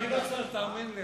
אני לא צריך, תאמין לי.